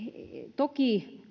toki